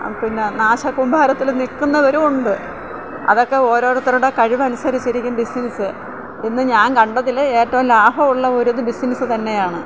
പിന്ന നാശ കൂമ്പാരത്തിൽ നിൽക്കുന്നവരുമുണ് അതൊക്ക ഓരോരുത്തരുടെ കഴിവ് അനുസരിച്ചിരിക്കും ബിസിനസ് ഇന്ന് ഞാൻ കണ്ടതിൽ ഏറ്റവും ലാഭമുള്ള ഒരു ഇത് ബിസിനസ് തന്നെയാണ്